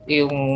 yung